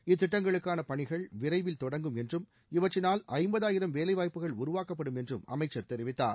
இத்திட்டங்களுக்கான பணிகள் விரைவில் தொடங்கும் என்றும் இவற்றினால் ஐம்பதாயிரம் வேலைவாய்ப்புகள் உருவாக்கப்படும் என்றும் அமைச்சர் தெரிவித்தார்